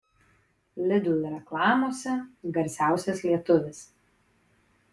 lidl reklamose garsiausias lietuvis